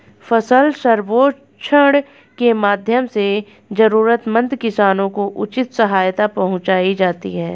फसल सर्वेक्षण के माध्यम से जरूरतमंद किसानों को उचित सहायता पहुंचायी जाती है